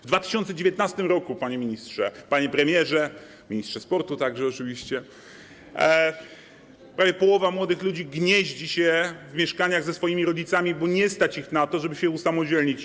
W 2019 r., panie ministrze, panie premierze, oczywiście ministrze sportu także, prawie połowa młodych ludzi gnieździ się w mieszkaniach ze swoimi rodzicami, bo nie stać ich na to, żeby się usamodzielnić.